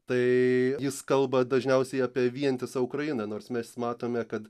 tai jis kalba dažniausiai apie vientisą ukrainą nors mes matome kad